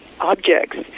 objects